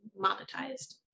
monetized